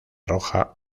roja